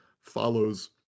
follows